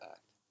Act